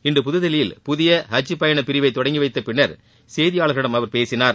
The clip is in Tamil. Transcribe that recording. இன்று புதுதில்லியில் புதிய ஹஜ் பயண பிரிவை தொடங்கிவைத்த பின்னர் செய்தியாளர்களிடம் அவர் பேசினார்